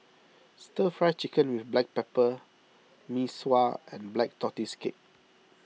Stir Fry Chicken with Black Pepper Mee Sua and Black Tortoise Cake